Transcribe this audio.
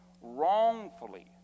wrongfully